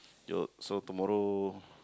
your so tomorrow